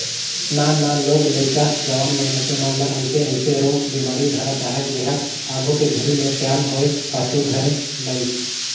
नान नान लोग लइका, जवान मइनसे मन ल अइसे अइसे रोग बेमारी धरत अहे जेहर आघू के घरी मे सियान होये पाछू धरे लाइस